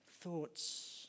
thoughts